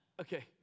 Okay